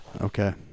Okay